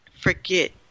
forget